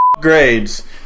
grades